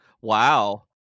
Wow